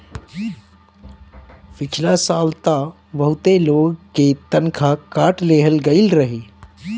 पिछला साल तअ बहुते लोग के तनखा काट लेहल गईल रहे